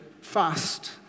fast